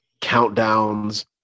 Countdowns